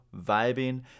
vibing